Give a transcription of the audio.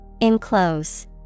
Enclose